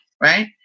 right